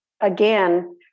again